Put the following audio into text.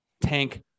Tank